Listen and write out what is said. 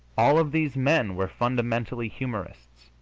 all of these men were fundamentally humorists,